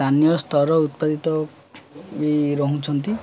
ସ୍ଥାନୀୟ ସ୍ତର ଉତ୍ପାଦିତ ବି ରହୁଛନ୍ତି